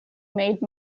made